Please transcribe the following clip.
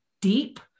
deep